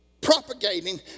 propagating